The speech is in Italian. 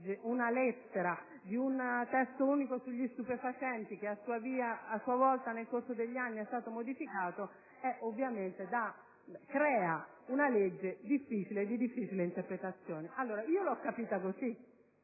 una lettera, di un testo unico sugli stupefacenti che a sua volta nel corso degli anni è stato modificato crea una legge di difficile interpretazione. Allora, io l'ho capita così